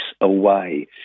away